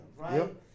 right